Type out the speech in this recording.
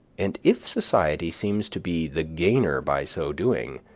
and if society seems to be the gainer by so doing,